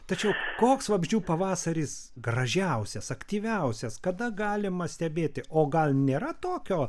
tačiau koks vabzdžių pavasaris gražiausias aktyviausias kada galima stebėti o gal nėra tokio